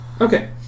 Okay